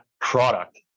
product